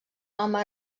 home